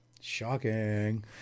Shocking